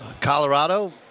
Colorado